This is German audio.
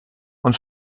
und